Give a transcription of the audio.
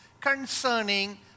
concerning